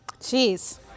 Jeez